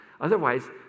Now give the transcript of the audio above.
Otherwise